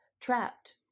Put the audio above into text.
trapped